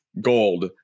gold